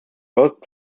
both